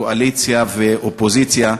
קואליציה ואופוזיציה,